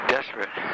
Desperate